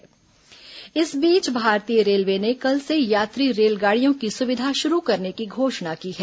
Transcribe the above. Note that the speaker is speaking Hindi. कोरोना रेल सेवा इस बीच भारतीय रेलवे ने कल से यात्री रेलगाड़ियों की सुविधा शुरू करने की घोषणा की है